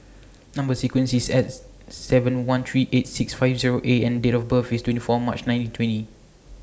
Number sequence IS S seven one three eight six five Zero A and Date of birth IS twenty four March nineteen twenty